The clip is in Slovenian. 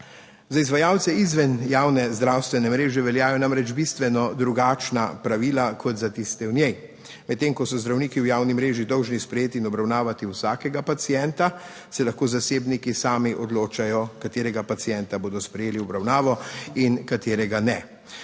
Za izvajalce izven javne zdravstvene mreže veljajo namreč bistveno drugačna pravila kot za tiste v njej. Medtem ko so zdravniki v javni mreži dolžni sprejeti in obravnavati vsakega pacienta, se lahko zasebniki sami odločajo katerega pacienta bodo sprejeli v obravnavo in katerega ne.